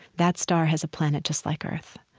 that star has a planet just like earth,